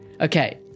Okay